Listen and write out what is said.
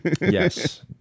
yes